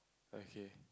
okay